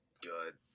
good